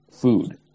food